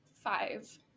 Five